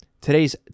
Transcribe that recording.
today's